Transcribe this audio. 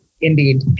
Indeed